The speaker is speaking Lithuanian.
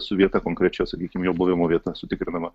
su vietą konkrečia sakykim jo buvimo vieta sutikrinama